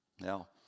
Now